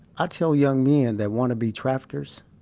ah tell young men that want to be traffickers,